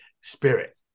spirit